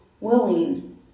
willing